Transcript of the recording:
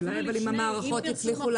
לא.